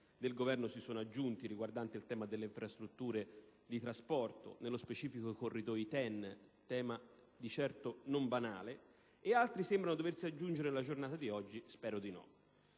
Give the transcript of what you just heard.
del Governo riguardanti il tema delle infrastrutture di trasporto (nello specifico i corridoi TEN, tema certo non banale), e altri sembrano doversi aggiungere nella giornata di oggi (spero di no).